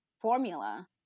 formula